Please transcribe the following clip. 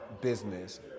business